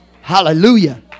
Hallelujah